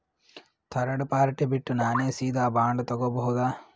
Third party ಬಿಟ್ಟು ನಾನೇ ಸೀದಾ ಬಾಂಡ್ ತೋಗೊಭೌದಾ?